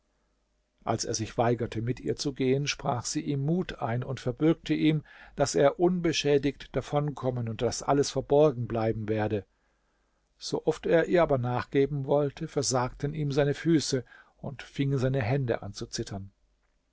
als er sich weigerte mit ihr zu gehen sprach sie ihm mut ein und verbürgte ihm daß er unbeschädigt davonkommen und daß alles verborgen bleiben werde so oft er ihr aber nachgeben wollte versagten ihm seine füße und fingen seine hände an zu zittern